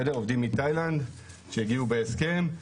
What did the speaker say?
עובדים זרים שהגיעו בהסכם.